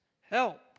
Help